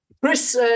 Chris